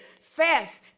fast